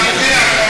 אתה פוגע בו,